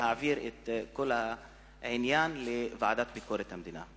להעביר את כל העניין לוועדה לביקורת המדינה.